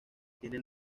tiene